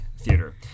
theater